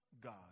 God